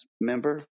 member